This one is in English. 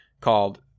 called